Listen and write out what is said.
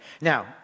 Now